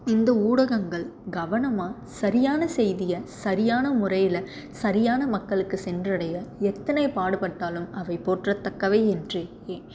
இந்த ஊடகங்கள் கவனமாக சரியான செய்தியை சரியான முறையில் சரியான மக்களுக்கு சென்றடைய எத்தனை பாடுபட்டாலும் அவை போற்றத்தக்கவை என்றே ஏ